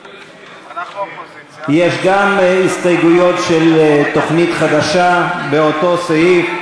יש גם הסתייגויות של תוכנית חדשה באותו סעיף.